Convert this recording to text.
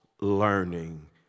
learning